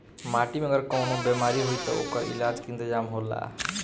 माटी में अगर कवनो बेमारी होई त ओकर इलाज के इंतजाम होला